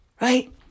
right